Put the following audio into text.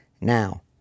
Now